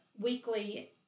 weekly